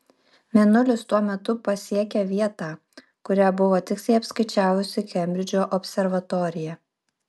mėnulis tuo metu pasiekė vietą kurią buvo tiksliai apskaičiavusi kembridžo observatorija